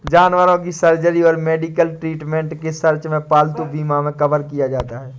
जानवरों की सर्जरी और मेडिकल ट्रीटमेंट के सर्च में पालतू बीमा मे कवर किया जाता है